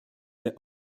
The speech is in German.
der